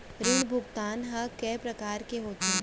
ऋण भुगतान ह कय प्रकार के होथे?